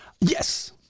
Yes